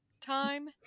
time